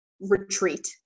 retreat